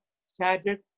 started